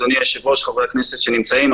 אדוני היושב-ראש וחברי הכנסת שנמצאים,